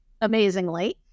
amazingly